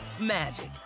magic